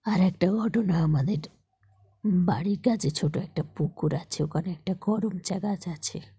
আর একটা ঘটনা আমাদের বাড়ির কাছে ছোট একটা পুকুর আছে ওখানে একটা কড়মচা গাছ আছে